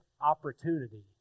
opportunity